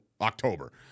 October